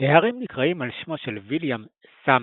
ההרים נקראים על שמו של ויליאם ס.